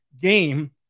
game